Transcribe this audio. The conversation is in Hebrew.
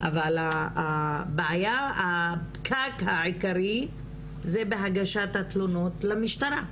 אבל הבעיה הפקק העיקרי זה בהגשת התלונות למשטרה,